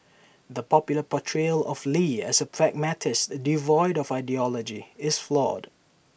the popular portrayal of lee as A pragmatist devoid of ideology is flawed